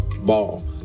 ball